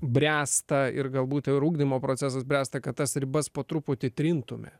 bręsta ir galbūt ir ugdymo procesas bręsta kad tas ribas po truputį trintume